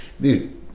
dude